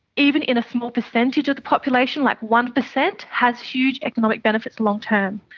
even in a small percentage of the population, like one percent, has huge economic benefits long-term.